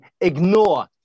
ignore